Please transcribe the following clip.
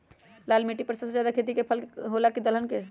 लाल मिट्टी पर सबसे ज्यादा खेती फल के होला की दलहन के?